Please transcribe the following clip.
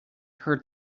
her